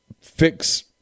fix